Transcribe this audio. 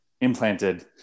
implanted